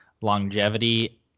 longevity